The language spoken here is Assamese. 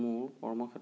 মোৰ কৰ্মক্ষেত্ৰ